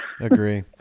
Agree